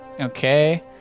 Okay